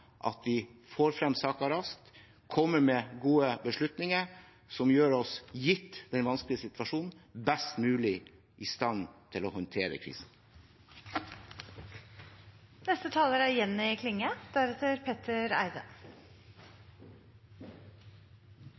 Vi får frem saker raskt og kommer med gode beslutninger som gjør oss – gitt den vanskelige situasjonen – best mulig i stand til å håndtere